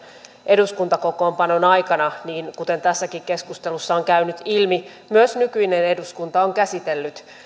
eduskuntakokoonpanon aikana niin kuten tässäkin keskustelussa on käynyt ilmi myös nykyinen eduskunta on käsitellyt